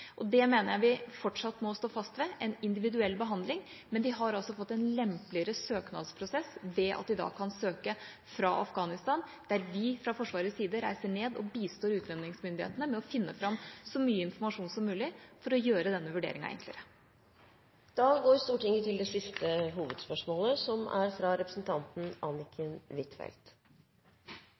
Det mener jeg vi fortsatt må stå fast ved: en individuell behandling. Men de har altså fått en lempeligere søknadsprosess ved at de kan søke fra Afghanistan, der vi fra Forsvarets side reiser ned og bistår utlendingsmyndighetene med å finne fram så mye informasjon som mulig for å gjøre denne vurderinga enklere. Vi går så til det siste hovedspørsmålet.